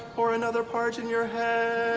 or another part in your head.